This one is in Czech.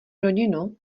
rodinu